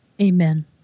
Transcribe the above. Amen